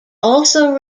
also